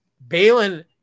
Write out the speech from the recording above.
Balin